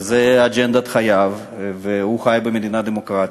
וזו אג'נדת חייו, והוא חי במדינה דמוקרטית.